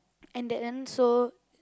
and that then so